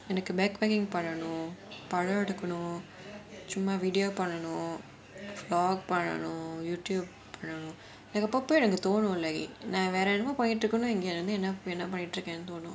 எனக்கு:enakku backpacking படம் எடுக்கனும் சும்மா padam edukanum summa video பண்ணனும்:pannanum vlog பண்ணனும்:pannanum YouTube பண்ணனும்:pannanum like அப்போ அப்போ எனக்கு தோனும் நான் வேற எத்துணை பண்ணிட்டு இருக்கேனா அப்போ நான் என்ன பண்ணிட்டு இருக்கேன்னு தோனும்:appo appo enakku thonum naan vera ethunai pannittu irukaano appo naan enna pannittu irukkaen nu thonum